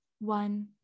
One